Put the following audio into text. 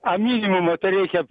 a minimumą tai reikia